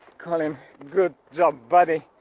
colin good job buddy!